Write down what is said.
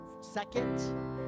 second